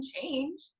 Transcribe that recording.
change